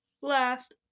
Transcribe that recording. last